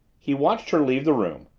he watched her leave the room,